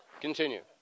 continue